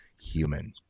human